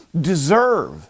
deserve